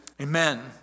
Amen